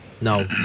No